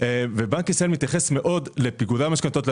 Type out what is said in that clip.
בנק ישראל מתייחס מאוד לפיגורי המשכנתאות,